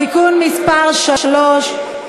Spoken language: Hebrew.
(תיקון מס' 3),